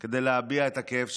שבאו כדי להביע את הכאב שלהם.